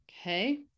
Okay